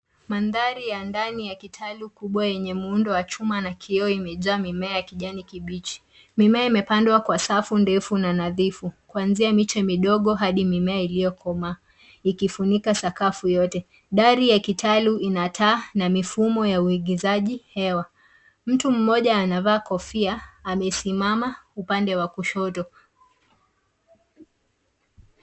Mandhari ya ndani ya kitalu kubwa yenye muundo wa chuma na kioo imejaa mimea ya kijani kibichi. Mimea imepadwa kwa safu defu na nadhifu kuanzia miche midogo hadi mimea iliyokomaa ikifunikwa sakafu yote. Dari ya kitalu inataa na mifumo ya uigizaji hewa. Mtu mmoja anavaa kofia amesimama upande wa kushoto.